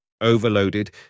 Overloaded